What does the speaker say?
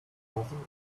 causing